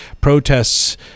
protests